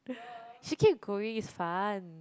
should keep going it's fun